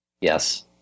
Yes